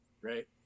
right